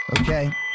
Okay